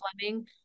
Fleming